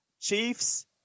Chiefs